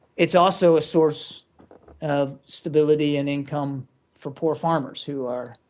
it's also a source of stability and income for poor farmers who are